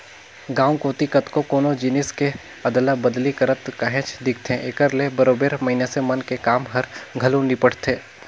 गाँव कोती कतको कोनो जिनिस के अदला बदली करत काहेच दिखथे, एकर ले बरोबेर मइनसे मन के काम हर घलो निपटथे